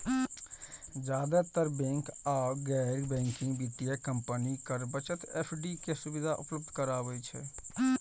जादेतर बैंक आ गैर बैंकिंग वित्तीय कंपनी कर बचत एफ.डी के सुविधा उपलब्ध कराबै छै